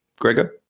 Gregor